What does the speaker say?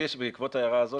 בעקבות ההערה הזאת,